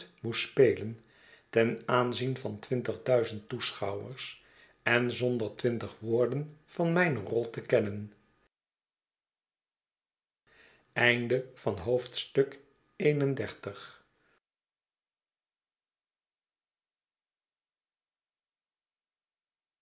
moest spelen ten aanzien van twintig duizend toeschouwers en zonder twintig woorden van mijne rol te kennen xxxii